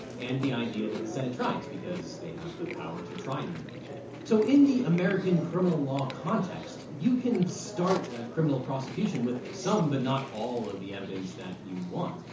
and the idea that the senate tries it because they have the power to try the impeachment. so in the american criminal law context, you can start a criminal prosecution with some but not all of the evidence that you want.